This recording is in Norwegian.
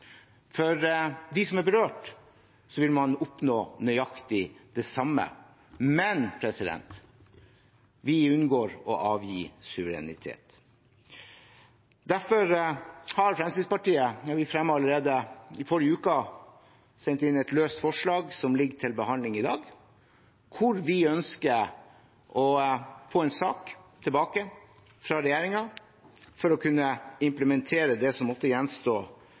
For dem som er berørt, vil man oppnå nøyaktig det samme, men vi unngår å avgi suverenitet. Derfor har Fremskrittspartiet – vi fremmet det allerede i forrige uke – sendt inn et løst forslag som ligger til behandling i dag, hvor vi ønsker å få en sak tilbake fra regjeringen for å kunne implementere det som måtte gjenstå